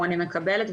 אני מקבלת,